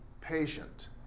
patient